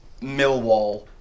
Millwall